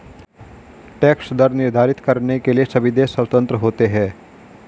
tax दर निर्धारित करने के लिए सभी देश स्वतंत्र होते है